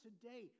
today